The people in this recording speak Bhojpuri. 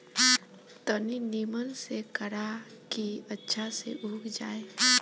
तनी निमन से करा की अच्छा से उग जाए